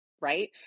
right